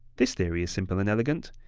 this theory is simple and elegant,